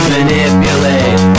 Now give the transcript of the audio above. Manipulate